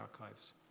Archives